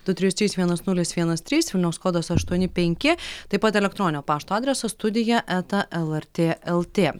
du trys trys vienas nulis vienas trys vilniaus kodas aštuoni penki taip pat elektroninio pašto adresas studija eta lrt lt